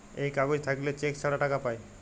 এই কাগজ থাকল্যে চেক ছাড়া টাকা পায়